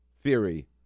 theory